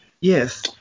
Yes